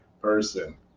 person